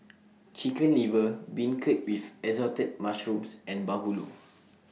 Chicken Liver Beancurd with Assorted Mushrooms and Bahulu